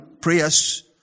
prayers